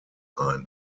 ein